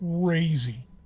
crazy